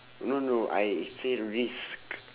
no no I say risk